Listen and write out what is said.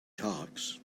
talks